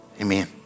Amen